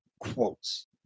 quotes